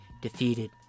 defeated